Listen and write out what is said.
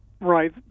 Right